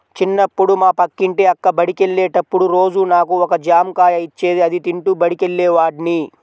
చిన్నప్పుడు మా పక్కింటి అక్క బడికెళ్ళేటప్పుడు రోజూ నాకు ఒక జాంకాయ ఇచ్చేది, అది తింటూ బడికెళ్ళేవాడ్ని